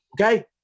Okay